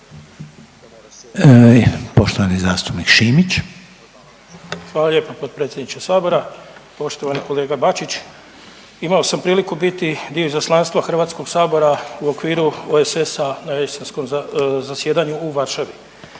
Poštovani zastupnik Šimić. **Šimić, Hrvoje (HDZ)** Hvala lijepo potpredsjedniče Sabora. Poštovani kolega Bačić. Imao sam priliku biti dio izaslanstva HS-a u okviru OESS-a na jesenskom zasjedanju u Varšavi,